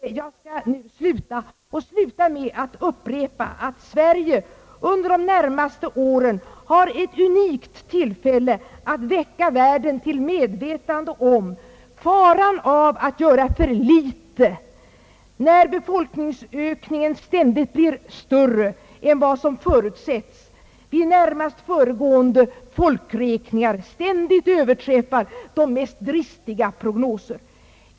Men det kan knappast vara galet — mindre ju mer tiden lider — att omedelbart börja arbeta för att i framtiden minska det antal människor som svälter i en värld som har möjlighet till behovstäckning med jordbruksprodukter, men har en hårresande dålig distribution av dessa produkter; Herr talman! Jag skall nu sluta med att upprepa att Sverige under de närmaste åren har ett unikt tillfälle att väcka världen till medvetande om faran av att göra för litet när befolkningsökningen ständigt blir större än vad som förutsetts vid närmast föregående folkräkningar och ständigt överträffar de mest dristiga prognoser.